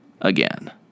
again